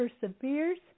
perseveres